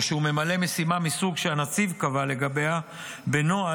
או שהוא ממלא משימה מסוג שהנציב קבע לגביה בנוהל